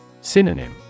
Synonym